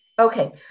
Okay